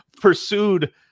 pursued